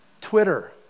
Twitter